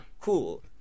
cool